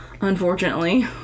Unfortunately